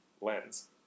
lens